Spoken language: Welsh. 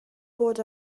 bod